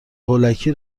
هولکی